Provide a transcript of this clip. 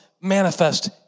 manifest